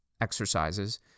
exercises